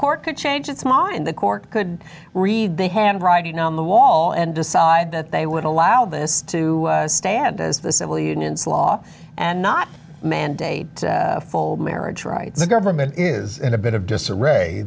could change its mind the court could read the handwriting on the wall and decide that they would allow this to stand as the civil unions law and not mandate full marriage rights the government is in a bit of disarray